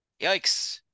Yikes